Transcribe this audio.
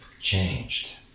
changed